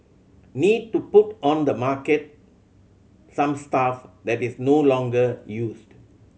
need to put on the market some stuff that is no longer used